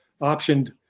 optioned